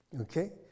Okay